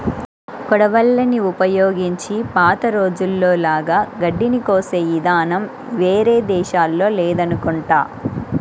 కొడవళ్ళని ఉపయోగించి పాత రోజుల్లో లాగా గడ్డిని కోసే ఇదానం వేరే దేశాల్లో లేదనుకుంటా